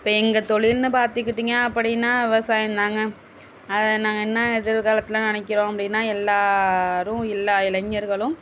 இப்போ எங்கள் தொழில்னு பார்த்துக்கிட்டீங்க அப்படின்னா விவசாயம்தாங்க அதை நாங்கள் என்னா எதிர்காலத்தில் நினைக்கிறோம் அப்படின்னா எல்லோரும் எல்லா இளைஞர்களும்